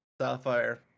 sapphire